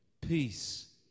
peace